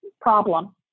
problem